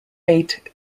eight